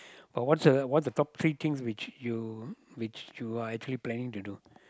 but what's the what's the top three things which you which you are actually planning to do